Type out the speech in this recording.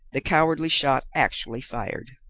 the cowardly shot actually fired.